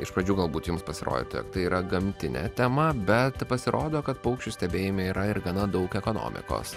iš pradžių galbūt jums pasirodė tai yra gamtinė tema bet pasirodo kad paukščių stebėjime yra ir gana daug ekonomikos